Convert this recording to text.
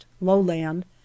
lowland